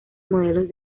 modelos